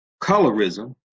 Colorism